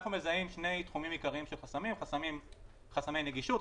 אנחנו מזהים שני תחומים עיקריים של חסמים: חסמי נגישות,